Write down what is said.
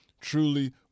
truly